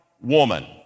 woman